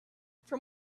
from